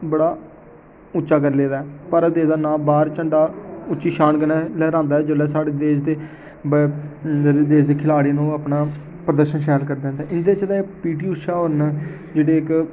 बड़ा उ'च्चा करी लैदा ऐ भारत देश दा नांऽ बाहर झंडा उ'च्ची शान कन्नै लहरांदा एह् जेल्लै साढ़े देश दे साढ़े देश दे खलाड़ी न ओह् ओह् अपना प्रदर्शन शैल करदे न ते इं'दे च पी टी उषा होर न जेह्ड़े इक